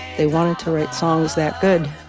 they wanted to write songs that good